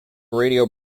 radio